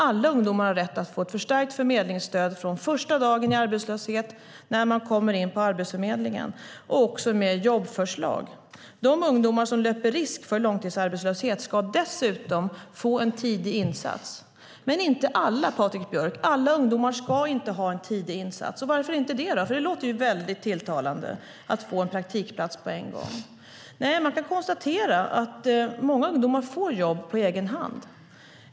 Alla ungdomar har rätt att få ett förstärkt förmedlingsstöd från första dagen i arbetslöshet när de kommer in på Arbetsförmedlingen och också jobbförslag. De ungdomar som löper risk för långtidsarbetslöshet ska dessutom få en tidig insats. Men alla ungdomar ska inte ha en tidig insats, Patrik Björck. Varför inte det? Det låter ju väldigt tilltalande att få en praktikplats på en gång. Nej, man kan konstatera att många ungdomar får jobb på egen hand.